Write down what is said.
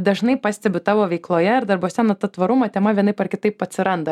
dažnai pastebiu tavo veikloje ir darbuose na ta tvarumo tema vienaip ar kitaip atsiranda